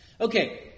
Okay